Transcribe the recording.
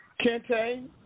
Kente